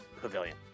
pavilion